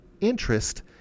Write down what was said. interest